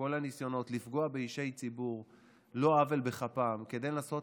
כל הניסיונות לפגוע באישי ציבור על לא עוול בכפם כדי לנסות